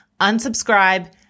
unsubscribe